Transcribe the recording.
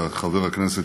הכנסת,